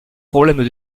problèmes